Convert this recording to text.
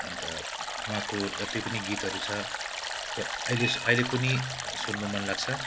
अन्त उहाँको जति पनि गीतहरू छ त्यो आहिले आहिले पनि सुन्नु मन लाग्छ